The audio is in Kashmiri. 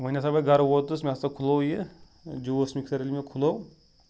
وۄنۍ ہسا بہٕ گرٕ ووتُس مےٚ ہسا کھُلوو یہِ جوٗس مِکسر ییٚلہِ مےٚ کھُلوو